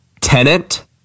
tenant